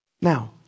Now